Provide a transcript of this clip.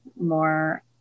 more